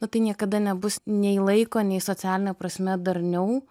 na tai niekada nebus nei laiko nei socialine prasme darniau